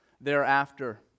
thereafter